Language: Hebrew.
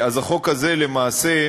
אז החוק הזה, למעשה,